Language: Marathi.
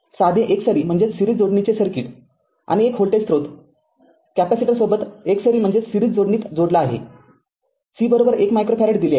साधे एकसरी जोडणीचे सर्किट आणि एक व्होल्टेज स्रोत कॅपेसिटरसोबत एकसरी जोडणीत जोडला आहे c१ मायक्रो फॅरड दिले आहे